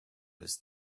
his